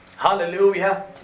Hallelujah